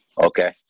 Okay